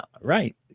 Right